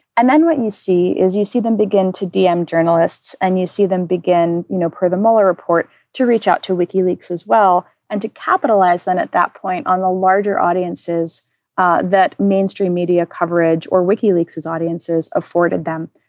and then what you see is you see them begin to dmb journalists and you see them begin, you know, per the mueller report to reach out to wikileaks as well and to capitalize. then at that point on the larger audiences ah that mainstream media coverage or wikileaks has audiences afforded them.